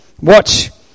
Watch